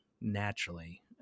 naturally